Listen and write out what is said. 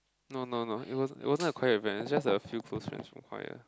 no no no it wasn't it wasn't a choir event is just a few close friends from choir